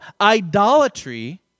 idolatry